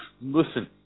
listen